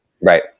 Right